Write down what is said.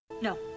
No